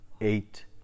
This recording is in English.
eight